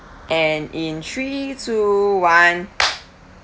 and in three two one